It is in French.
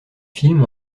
films